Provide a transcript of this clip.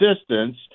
distance